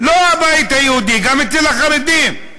לא הבית היהודי, גם אצל החרדים.